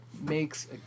makes